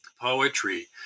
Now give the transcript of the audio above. poetry